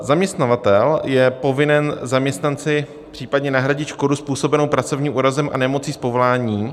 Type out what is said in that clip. Zaměstnavatel je povinen zaměstnanci případně nahradit škodu způsobenou pracovním úrazem a nemocí z povolání.